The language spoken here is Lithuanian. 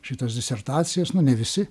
šitas disertacijas nu ne visi